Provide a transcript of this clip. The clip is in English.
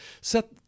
set